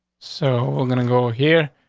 so we're gonna go here,